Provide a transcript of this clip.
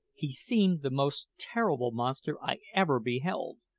he seemed the most terrible monster i ever beheld.